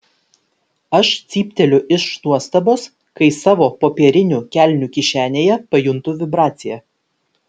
aš cypteliu iš nuostabos kai savo popierinių kelnių kišenėje pajuntu vibraciją